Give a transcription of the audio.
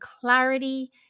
clarity